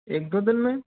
एक दो दिन में